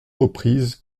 reprises